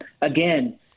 again